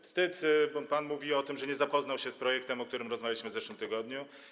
Wstyd, bo pan mówi o tym, że nie zapoznał się z projektem, o którym rozmawialiśmy w zeszłym tygodniu.